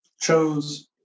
chose